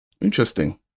interesting